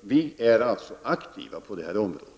Vi är alltså aktiva på detta område.